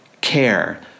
care